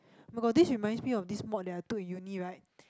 [oh]-my-god this reminds me of this mod that I took in uni right